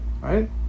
right